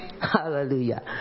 Hallelujah